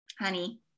honey